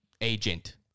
agent